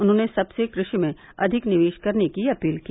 उन्हॉने सबसे कृषि में अधिक निवेश करने की अपील की